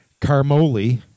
Carmoli